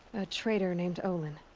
a traitor named olin.